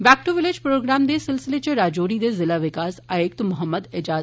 back to village programme दे सिलसिले इच राजौरी दे जिला विकास आयुक्त डवींउउंक